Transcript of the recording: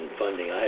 funding